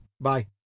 Bye